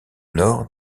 nord